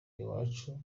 iwacu